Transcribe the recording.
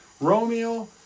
Romeo